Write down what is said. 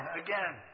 again